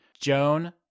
Joan